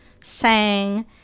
sang